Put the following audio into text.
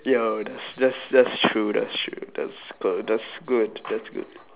yo that's that's that's true that's true that's cool that's good that's good